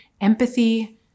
empathy